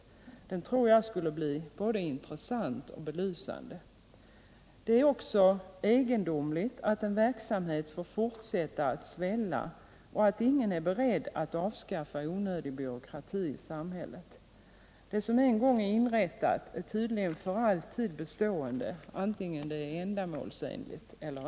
En sådan tror jag skulle bli både intressant och belysande. Det är också egendomligt att en verksamhet får fortsätta att svälla och att ingen är beredd att avskaffa onödig byråkrati i samhället. Det som en gång är inrättat är tydligen för alltid bestående, antingen det är ändamålsenligt eller &.